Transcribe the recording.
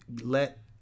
let